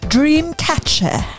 Dreamcatcher